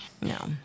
No